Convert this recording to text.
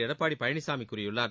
எடப்பாடி பழனிசாமி கூறியுள்ளார்